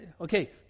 Okay